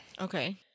Okay